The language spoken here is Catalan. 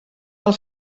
del